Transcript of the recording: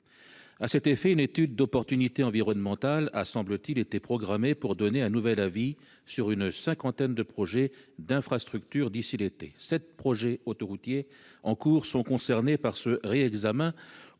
À cet effet, une étude d'opportunité environnementale a semble-t-il été programmée pour donner d'ici à l'été prochain un nouvel avis sur une cinquantaine de projets d'infrastructures. Sept projets autoroutiers en cours sont concernés par ce réexamen,